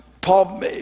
Paul